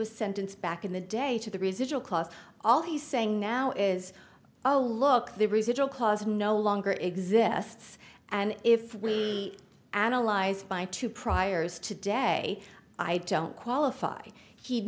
was sentenced back in the day to the residual costs all he's saying now is oh look the residual cause no longer exists and if we analyzed by two priors today i don't qualify he